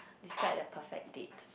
describe the perfect date